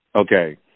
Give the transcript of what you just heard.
Okay